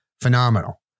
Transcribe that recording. phenomenal